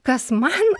kas man